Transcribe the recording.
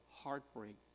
heartbreak